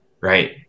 right